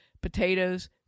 potatoes